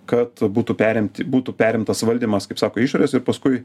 kad būtų perimti būtų perimtas valdymas kaip sako išorės ir paskui